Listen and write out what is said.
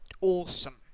awesome